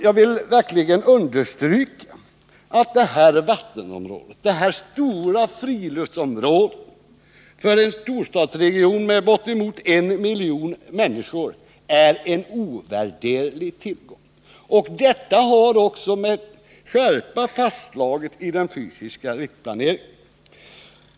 Jag vill verkligen understryka att detta vattenområde, detta stora friluftsområde för en storstadsregion med bortåt en miljon människor, är en ovärderlig tillgång. Detta har också med skärpa fastslagits i den fysiska riksplaneringen.